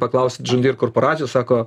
paklausit john deer korporacijos sako